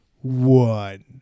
one